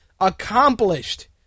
Accomplished